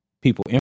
People